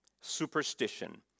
Superstition